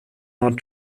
not